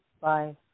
Bye